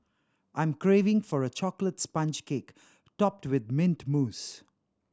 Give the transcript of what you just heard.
I'm craving for a chocolate sponge cake topped with mint mousse